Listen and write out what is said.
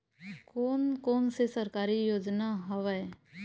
कोन कोन से सरकारी योजना हवय?